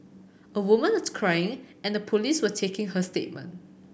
a woman was crying and the police were taking her statement